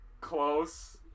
Close